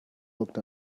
looked